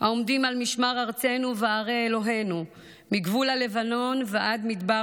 העומדים על משמר ארצנו וערי אלוהינו מגבול הלבנון ועד מדבר